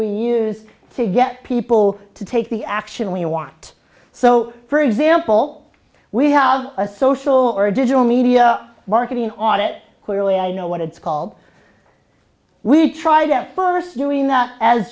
we use to get people to take the action we want so for example we have a social or a digital media marketing audit clearly i know what it's called we tried that first doing that as